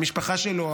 המשפחה שלו,